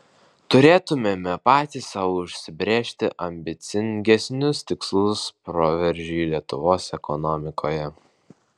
turėtumėme patys sau užsibrėžti ambicingesnius tikslus proveržiui lietuvos ekonomikoje